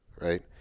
right